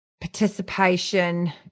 participation